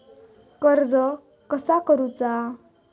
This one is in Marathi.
कर्ज कसा करूचा?